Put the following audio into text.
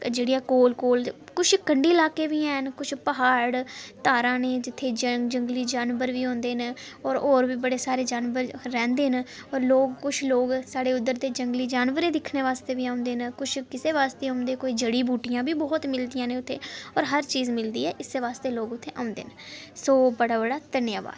ते जेह्ड़ियां कोल कोल किश कंढी इलाके बी हैन किश प्हाड़ धारां न जित्थै जंगली जानवर बी होंदे न और होर बी बड़े सारे जानवर रौंह्दे न और लोक किश लोक साढ़े उद्धर दे जंगली जानवरें ई दिक्खने आस्तै औंदे न किश कुसै आस्तै औंदे कोई जड़ी बूटियां बी बहुत मिलदियां न उत्थै और हर चीज मिलदी ऐ इस आस्तै लोक उत्थै औंदे न ते बड़ा बड़ा धन्नवाद